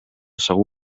segur